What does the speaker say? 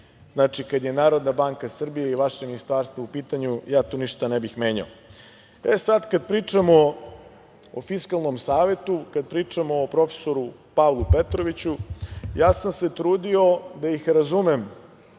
Znači, kada je Narodna banka Srbije i vaše ministarstvo u pitanju, ja tu ništa ne bih menjao. Kada pričamo o Fiskalnom savetu, kada pričamo o prof. Pavlu Petroviću, ja sam se trudio da ih razumem